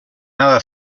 nada